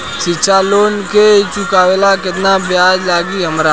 शिक्षा लोन के चुकावेला केतना ब्याज लागि हमरा?